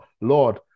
Lord